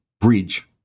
bridge